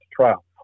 trial